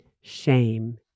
shame